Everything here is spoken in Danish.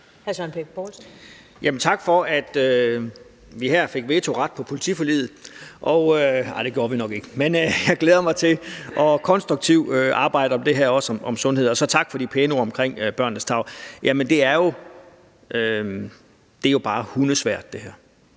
tak for, at vi her fik vetoret på politiforliget. Nej, det gjorde vi nok ikke, men jeg glæder mig til at arbejde konstruktivt med det her og også med sundhed. Og så tak for de pæne ord om børnenes tarv. Det her er jo bare hundesvært.